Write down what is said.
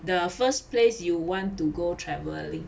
the first place you want to go travelling